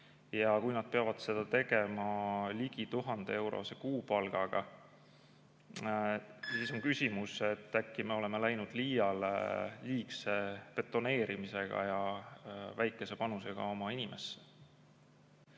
Kui nad peavad seda tegema ligi 1000‑eurose kuupalgaga, siis tekib küsimus, et äkki me oleme läinud liiale liigse betoneerimisega ja [liiga] väikese panusega oma inimestesse.